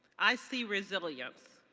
i see resilience.